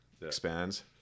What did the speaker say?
expands